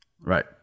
Right